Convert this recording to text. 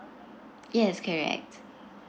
yes correct